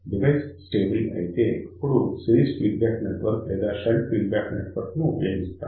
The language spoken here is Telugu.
డివైస్ స్టేబుల్ అయితే అప్పుడు సిరీస్ ఫీడ్బ్యాక్ నెట్వర్క్ లేదా షంట్ ఫీడ్ నెట్వర్క్ ఉపయోగిస్తాము